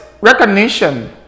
recognition